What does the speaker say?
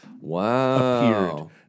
Wow